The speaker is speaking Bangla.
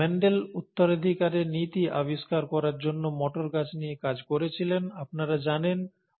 মেন্ডেল উত্তরাধিকারের নীতি আবিষ্কার করার জন্য মটর গাছ নিয়ে কাজ করেছিলেন আপনারা জানেন